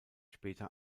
später